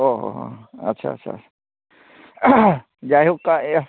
ᱚᱻ ᱟᱪᱪᱷᱟ ᱟᱪᱪᱷᱟ ᱡᱟᱭᱦᱳᱠ